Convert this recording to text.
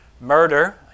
murder